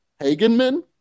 Hagenman